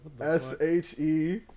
S-H-E